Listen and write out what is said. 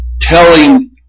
telling